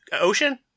ocean